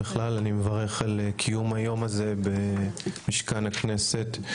בכלל, אני מברך על קיום היום הזה במשכן הכנסת.